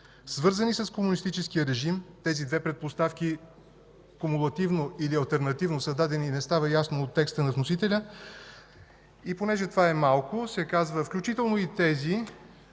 свързани с комунистическия режим. Тези две предпоставки кумулативно или алтернативно са дадени и не става ясно от текста на вносителя. И понеже това е малко, се казва: „включително и тези,